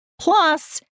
Plus